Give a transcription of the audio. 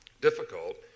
difficult